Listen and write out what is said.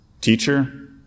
teacher